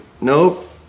Nope